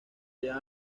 llevan